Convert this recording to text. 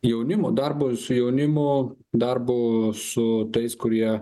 jaunimu darbu su jaunimu darbu su tais kurie